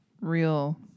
real